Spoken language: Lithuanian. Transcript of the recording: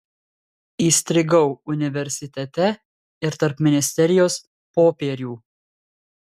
įstrigau universitete ir tarp ministerijos popierių